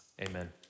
amen